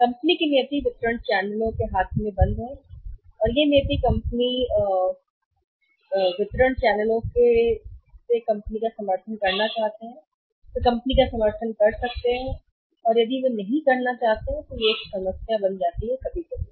company की नियति वितरण चैनलों के हाथों में बंद है नियति कंपनी है वितरण चैनलों में वितरण चैनलों के हाथों में बंद कंपनी का समर्थन करना चाहते हैं वे कंपनी का समर्थन कर सकते हैं यदि वे कंपनी का समर्थन नहीं करना चाहते हैं तो एक समस्या है कभी कभी